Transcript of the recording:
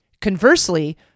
Conversely